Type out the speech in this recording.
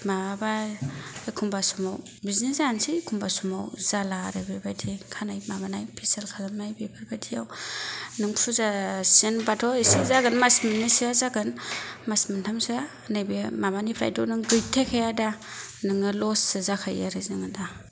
माब्लाबा एखनबा समाव बिदिनो जानोसै एखनबा समाव जाला आरो बेबायदि खानाय माबानाय फेसियेल खालामनाय बेफोरबादियाव नों फुजा सिजोनबाथ' एसे जागोन मास मोननैसोआ जागोन मास मोनथामसोआ नैबे माबानिफ्रायथ' नों गैथायखाया दा नोङो लससो जाखायो आरो जोंना दा